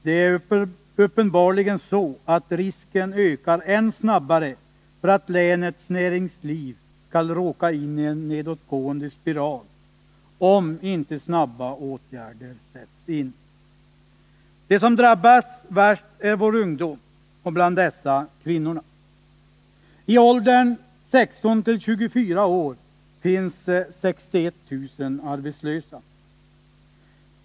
Det är uppenbarligen så, att risken ökar än snabbare för att länets näringsliv skall råka in i en nedåtgående spiral, om inte snabba åtgärder sätts in. De som drabbas värst är vår ungdom, och bland dem kvinnorna. I åldern 16-24 år finns 61 000 arbetslösa.